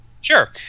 Sure